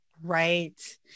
Right